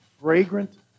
fragrant